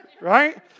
right